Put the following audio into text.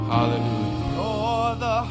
Hallelujah